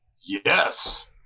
Yes